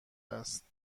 است